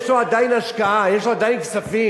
יש לו עדיין השקעה, יש לו עדיין כספים.